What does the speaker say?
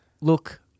look